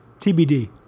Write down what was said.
TBD